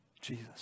Jesus